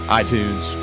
iTunes